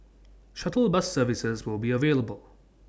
shuttle bus services will be available